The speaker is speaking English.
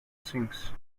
things